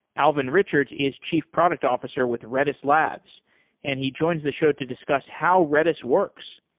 alvin richards is chief product officer with redis labs and he joins the show to discuss how redis works.